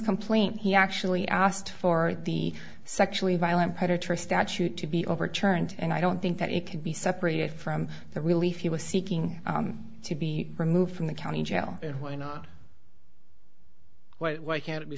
complaint he actually asked for the sexually violent predator statute to be overturned and i don't think that he can be separated from the relief he was seeking to be removed from the county jail and why not why